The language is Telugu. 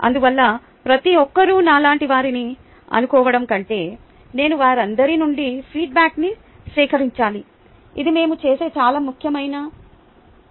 అందువల్ల ప్రతి ఒక్కరూ నా లాంటివారని అనుకోవడం కంటే నేను వారందరి నుండి ఫీడ్బ్యాక్న్ని సేకరించాలి ఇది మేము చేసే చాలా ముఖ్యమైన తప్పు